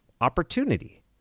opportunity